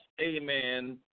amen